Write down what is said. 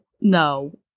no